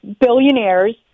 billionaires